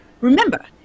Remember